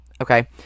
Okay